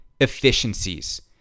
efficiencies